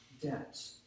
debt